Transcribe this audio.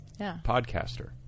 podcaster